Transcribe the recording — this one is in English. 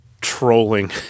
trolling